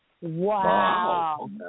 wow